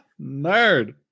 nerd